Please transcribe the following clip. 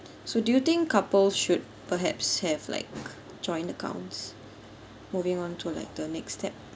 so do you think couple should perhaps have like joint accounts moving on to like the next step